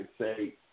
say